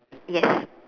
yes